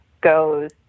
goes